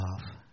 love